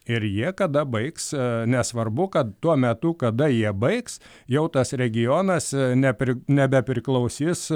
ir jie kada baigs nesvarbu kad tuo metu kada jie baigs jau tas regionas nepri nebepriklausys